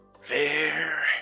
Fair